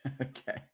Okay